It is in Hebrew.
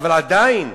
אבל עדיין,